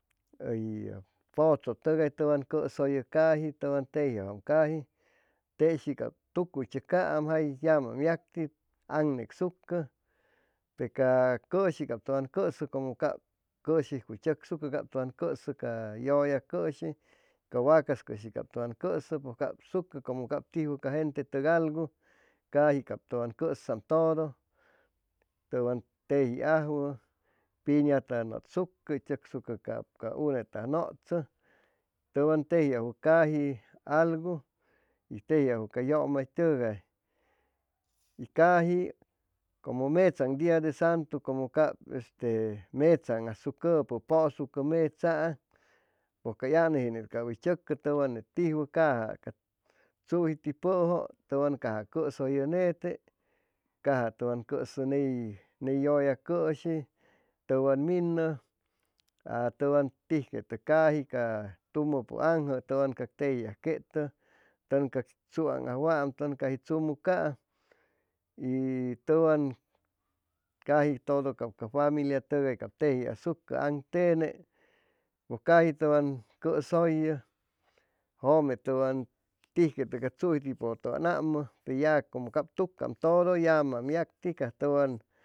Hʉy pʉchʉ tʉgay tʉwan cʉsʉyʉ caji tʉwan tejiajwam caji teshi cap tucuy tzʉcaam jay llamam yacti aŋnecsucʉ te a coshi tʉwan cʉsʉ como cap cʉshijcuy tzʉcsʉcʉ tʉwan cʉsʉ ca yʉlla cʉshi ca wacas cʉshi cap tʉwan cʉsʉ pʉj cap sucʉ como cap tijwʉ ca gentetʉc algucaji cap tʉwan cʉsaam todo tʉwan tejiajwʉ piñata nʉtsucʉ hʉy tzʉcsucʉ cap ca unetʉgais hʉy nʉtzʉ tʉwan tejiajwʉ caji algu tejiajwʉ ca yʉmaytʉgay caji como metzaaŋ dia de santu cʉmʉ cap te metzan asucʉpʉ pʉʉsucʉ metzaaŋ pʉj cay han ʉyge cap hʉy tzʉcʉ tʉwan ney tijwʉ caja ca tzujitipʉjʉ tʉwan caja cʉsʉyʉ nete caja tʉwa cʉsʉ ney yʉlla cʉshi tʉwan minʉ y tʉwan tijquetʉ cai ca tumʉpʉaŋjʉ tʉwan cac teji ajquetʉ tʉn cac tzuaŋ ajwaam caji tzumucaam y tʉwan caji todo cap ca familiatʉgay cap tejiasucʉ ca aŋtene pʉj caji tʉwan cʉsʉyʉ jʉme tʉn tijquetʉ ca tzujitipʉ tʉwan ammo ya como cap tucam todo yamaam yacti caj tʉwan